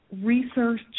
research